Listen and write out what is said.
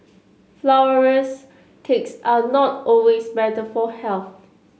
flourless cakes are not always better for health